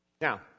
now